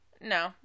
No